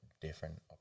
different